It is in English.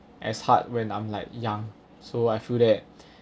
as hard when I'm like young so I feel that